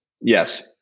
Yes